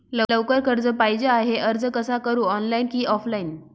लवकर कर्ज पाहिजे आहे अर्ज कसा करु ऑनलाइन कि ऑफलाइन?